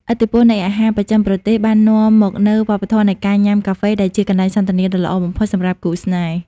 ឥទ្ធិពលនៃអាហារបស្ចិមប្រទេសបាននាំមកនូវវប្បធម៌នៃការញ៉ាំកាហ្វេ ដែលជាកន្លែងសន្ទនាដ៏ល្អបំផុតសម្រាប់គូស្នេហ៍។